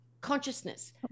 consciousness